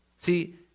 See